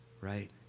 right